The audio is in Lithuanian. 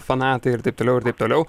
fanatai ir taip toliau ir taip toliau